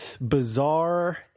bizarre